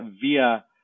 via